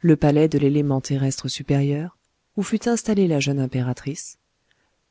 le palais de l élément terrestre supérieur où fut installée la jeune impératrice